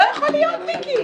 לא יכול להיות, מיקי.